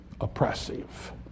oppressive